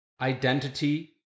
identity